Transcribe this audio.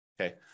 Okay